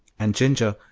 and ginger,